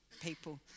people